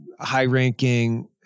high-ranking